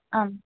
आम्